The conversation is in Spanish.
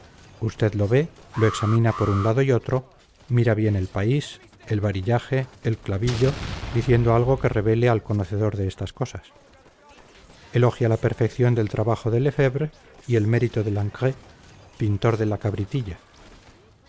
usted lo ve lo examina por un lado y otro mira bien el país el varillaje el clavillo diciendo algo que revele al conocedor de estas cosas elogia la perfección del trabajo de lefebvre y el mérito de lancret pintor de la cabritilla